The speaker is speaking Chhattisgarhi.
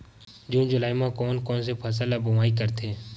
जून जुलाई म कोन कौन से फसल ल बोआई करथे?